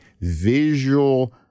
visual